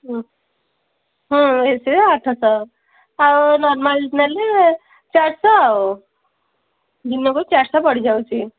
ହୁଁ ହଁ ସେ ଆଠଶହ ଆଉ ନର୍ମାଲି ନେଲେ ଚାରିଶହ ଆଉ ଦିନକୁ ଚାରିଶହ ପଡ଼ିଯାଉଛି